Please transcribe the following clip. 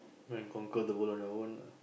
when conquer the world on your own lah